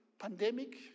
pandemic